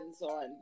on